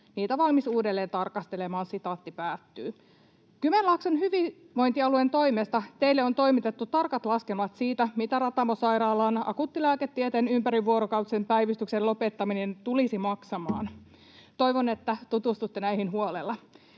niitä valmis uudelleen tarkastelemaan.” Kymenlaakson hyvinvointialueen toimesta teille on toimitettu tarkat laskelmat siitä, mitä Ratamo-sairaalan akuuttilääketieteen ympärivuorokautisen päivystyksen lopettaminen tulisi maksamaan. Toivon, että tutustutte näihin huolella.